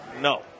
no